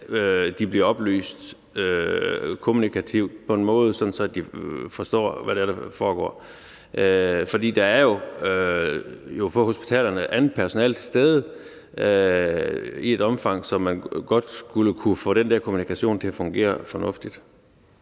de bliver oplyst kommunikativt på en måde, sådan at de forstår, hvad der foregår. For der er jo på hospitalerne andet personale til stede i et omfang, så man godt skulle kunne få den der kommunikation til at fungere fornuftigt.